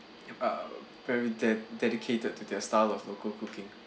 uh very de~ dedicated to their style of local cooking